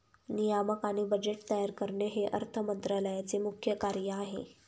नियामक आणि बजेट तयार करणे हे अर्थ मंत्रालयाचे मुख्य कार्य आहे